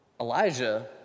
Elijah